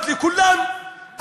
מוות לכולם,